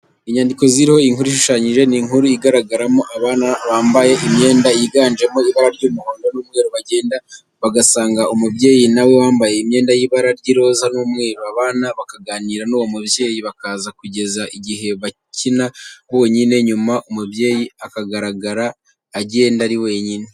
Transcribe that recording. Inyandiko ziriho inkuru ishushanyije, ni inkuru igaragaramo abana bambaye imyenda yiganjemo ibara ry'umuhondo n'umweru bagenda bagasanga umubyeyi nawe wambaye imyenda y'ibara ry'iroza n'umweru. Abana bakaganira n'uwo mubyeyi, bakaza kugeza igihe bakina bonyine, nyuma umubyeyi akagaragara agenda ari wenyine.